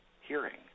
hearing